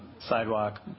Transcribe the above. sidewalk